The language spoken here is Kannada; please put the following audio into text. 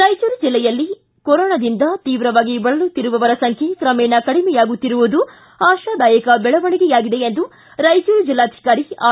ರಾಯಚೂರು ಬೆಲ್ಲೆಯಲ್ಲಿ ಕೊರೊನಾದಿಂದ ತೀವ್ರವಾಗಿ ಬಳಲುತ್ತಿರುವವರ ಸಂಖ್ಯೆ ಕ್ರಮೇಣ ಕಡಿಮೆಯಾಗುತ್ತಿರುವುದು ಆಶಾದಾಯಕ ಬೆಳವಣೆಗೆಯಾಗಿದೆ ಎಂದು ರಾಯಚೂರು ಜಿಲ್ಲಾಧಿಕಾರಿ ಆರ್